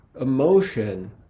emotion